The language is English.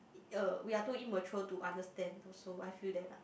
uh we are too immature to understand also I feel that lah